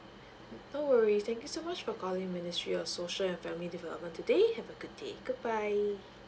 no worries thank you so much for calling ministry of social and family delopment today have a good day goodbye